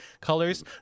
colors